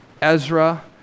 Ezra